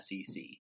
SEC